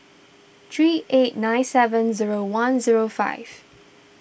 three eight nine seven zero one zero five